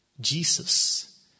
Jesus